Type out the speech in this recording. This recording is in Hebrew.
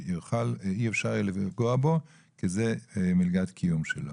ואי אפשר יהיה לפגוע בו כי זו מלגת קיום שלו.